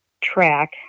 track